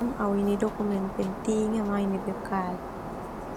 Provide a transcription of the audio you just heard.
Au eni dokumen penting ma au eni bekal.